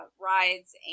rides